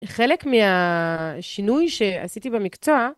חלק מהשינוי שעשיתי במקצוע